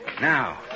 Now